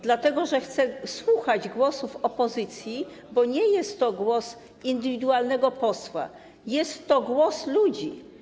Dlatego że chciał słuchać głosów opozycji, bo nie jest to głos indywidualnego posła, jest to głos ludzi.